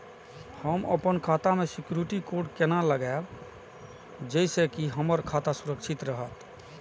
हम अपन खाता में सिक्युरिटी कोड केना लगाव जैसे के हमर खाता सुरक्षित रहैत?